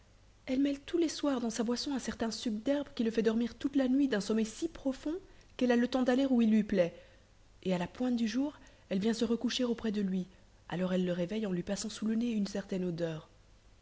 mêle tous les soirs dans sa boisson un certain suc d'herbe qui le fait dormir toute la nuit d'un sommeil si profond qu'elle a le temps d'aller où il lui plaît et à la pointe du jour elle vient se recoucher auprès de lui alors elle le réveille en lui passant sous le nez une certaine odeur